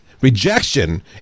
rejection